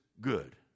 good